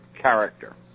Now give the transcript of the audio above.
character